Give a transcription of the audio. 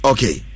Okay